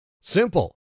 Simple